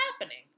happening